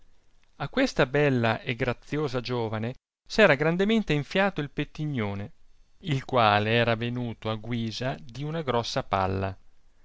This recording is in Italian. a questa bella e graziosa giovane s'era grandemente enfiato il pettignone il quale era venuto a guisa di una grossa palla